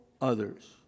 others